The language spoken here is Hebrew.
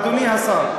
אדוני השר,